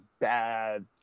bad